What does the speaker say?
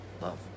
love